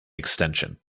extension